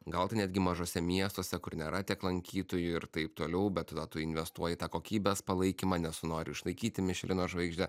gal tai netgi mažuose miestuose kur nėra tiek lankytojų ir taip toliau bet va tu investuoji į tą kokybės palaikymą nes tu nori išlaikyti mišelino žvaigždę